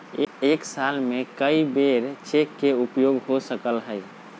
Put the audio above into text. एक साल में कै बेर चेक के उपयोग हो सकल हय